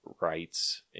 rights